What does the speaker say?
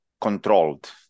controlled